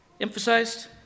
emphasized